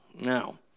Now